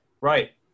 Right